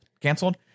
canceled